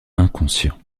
inconscient